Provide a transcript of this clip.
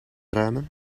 ruimen